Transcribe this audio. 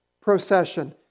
procession